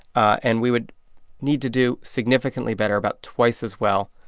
and we would need to do significantly better, about twice as well.